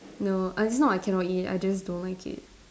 no I just not I cannot eat I just don't like it